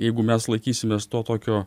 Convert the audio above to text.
jeigu mes laikysimės to tokio